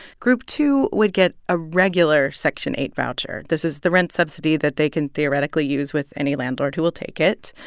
group two would get a regular section eight voucher. this is the rent subsidy that they can theoretically use with any landlord who will take it.